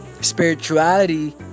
spirituality